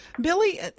Billy